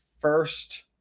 first